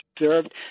observed